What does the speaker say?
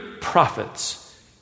prophets